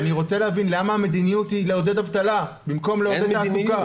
אני רוצה להבין למה המדיניות היא לעודד אבטלה במקום לעודד תעסוקה.